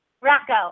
Rocco